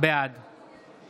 בעד